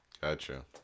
gotcha